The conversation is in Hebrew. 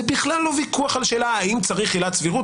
זה בכלל לא ויכוח על השאלה האם צריך עילת סבירות,